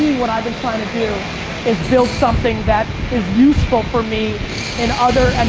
what i've been trying to do is build something that is useful for me in other